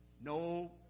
No